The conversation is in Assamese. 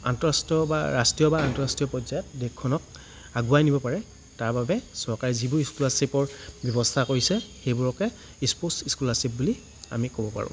আন্ত ৰাষ্ট্ৰীয় বা ৰাষ্ট্ৰীয় বা আন্ত ৰাষ্ট্ৰীয় পৰ্যায়ত দেশখনক আগুৱাই নিব পাৰে তাৰ বাবে চৰকাৰে যিবোৰ স্কলাৰশ্ৱিপৰ ব্যৱস্থা কৰিছে সেইবোৰকে স্পৰ্টচ স্কলাৰশ্ৱিপ বুলি আমি ক'ব পাৰোঁ